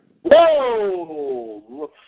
Whoa